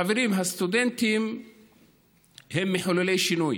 חברים, הסטודנטים הם מחוללי שינוי,